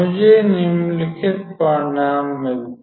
मुझे निम्नलिखित परिणाम मिलते हैं